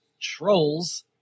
trolls